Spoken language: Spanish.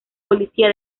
policía